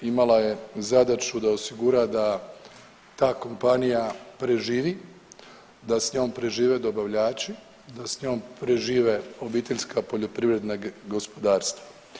Imala je zadaću da osigura da ta kompanija preživi, da s njom prežive dobavljači, da s njom prežive obiteljska poljoprivredna gospodarstva.